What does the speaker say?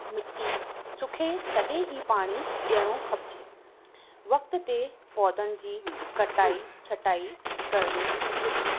मिटी सुखे तॾहिं ई पाणी ॾियणो खपिजे वक़्ति ते पौधनि जी कटाई छटाई करिणी घुरिजे